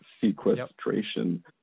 sequestration